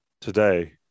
today